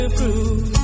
prove